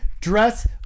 dress